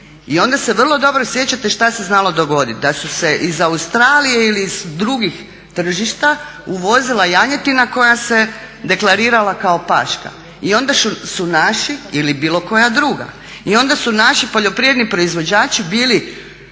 i onda se vrlo dobro sjećate što se znalo dogoditi. Da su se iz Australije ili iz drugih tržišta uvozila janjetina koja se deklarirala kao paška ili bilo koja druga. I onda su naši poljoprivredni proizvođači bili